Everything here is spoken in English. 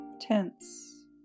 tense